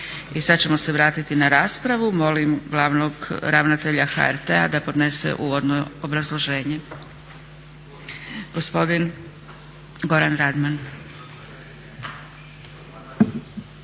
I sad ćemo se vratiti na raspravu. Molim glavnog ravnatelja HRT-a da podnese uvodno obrazloženje. Gospodin Goran Radman.